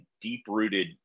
deep-rooted